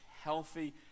healthy